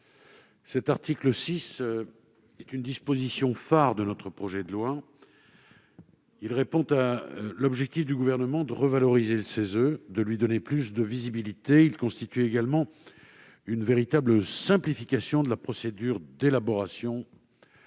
L'article 6 est une disposition phare de notre projet de loi. Il répond à l'objectif du Gouvernement de revaloriser le CESE et de lui donner plus de visibilité. Il constitue également une véritable simplification de la procédure d'élaboration